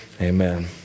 Amen